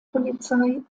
polizei